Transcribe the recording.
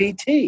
PT